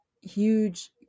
huge